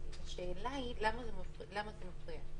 השאלה היא למה זה מפריע לך.